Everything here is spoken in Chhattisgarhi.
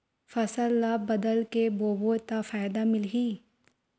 फसल ल बदल के बोबो त फ़ायदा मिलही?